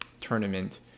tournament